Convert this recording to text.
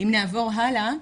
אם נעבור הלאה,